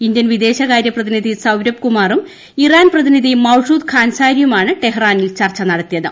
Indian വിദേശകാര്യ പ്രതിനിധി സൌരഭ് കുമാറും ഇറാൻ പ്രതിനിധി മൌഷൂദ് ഖാൻസാരിയുമാണ് ടെഹ്റാനിൽ ചർച്ച നടത്തിയത്